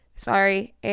Sorry